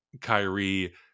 Kyrie